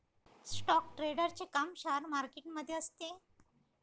stock ट्रेडरचे काम share market मध्ये असते